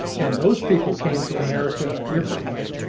and those people came to america a different way.